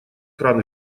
кран